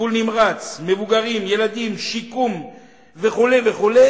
טיפול נמרץ, מבוגרים, ילדים, שיקום וכו' וכו',